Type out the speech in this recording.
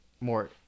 more